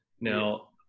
now